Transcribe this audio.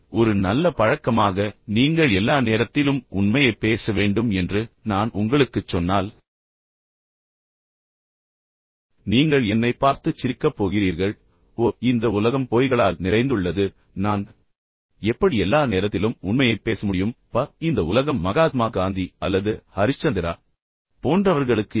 ஒரு நல்ல பழக்கமாக நீங்கள் எல்லா நேரத்திலும் உண்மையைப் பேச வேண்டும் என்று நான் உங்களுக்குச் சொன்னால் நீங்கள் என்னைப் பார்த்துச் சிரிக்கப் போகிறீர்கள் ஓ இந்த உலகம் பொய்களால் நிறைந்துள்ளது பின்னர் நான் எப்படி எல்லா நேரத்திலும் உண்மையைப் பேச முடியும் பின்னர் இந்த உலகம் மகாத்மா காந்தி அல்லது ஹரிஷ்சந்திரா போன்றவர்களுக்கு இல்லை